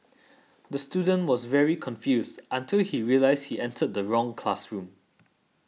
the student was very confused until he realised he entered the wrong classroom